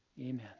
Amen